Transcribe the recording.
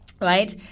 Right